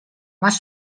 más